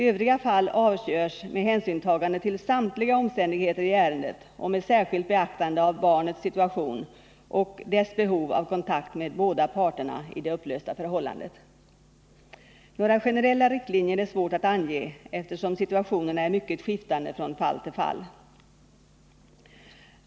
Övriga fall avgörs med hänsynstagande till samtliga omständigheter i ärendet och med särskilt beaktande av barnets situation och dess behov av kontakt med båda parterna i det upplösta förhållandet. Några generella riktlinjer är svårt - att ange, eftersom situationerna är mycket skiftande från fall till fall.